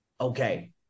Okay